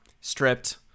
stripped